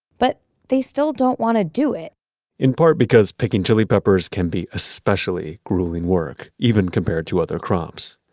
but they still don't want to do it in part, because picking chili peppers can be especially grueling work, even compared to other crops.